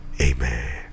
Amen